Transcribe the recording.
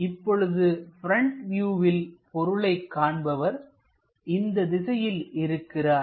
இப்பொழுது பிரண்ட் வியூவில்பொருளை காண்பவர் இந்த திசையில் இருக்கிறார்